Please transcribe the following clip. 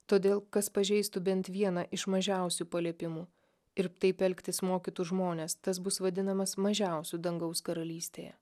todėl kas pažeistų bent vieną iš mažiausių paliepimų ir taip elgtis mokytų žmones tas bus vadinamas mažiausiu dangaus karalystėje